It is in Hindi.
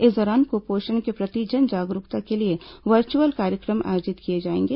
इस दौरान कुपोषण के प्रति जन जागरूकता के लिए वर्चुअल कार्यक्रम आयोजित किए जाएंगे